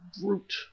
brute